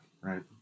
right